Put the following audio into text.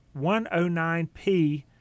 109P